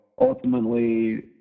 ultimately